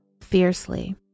fiercely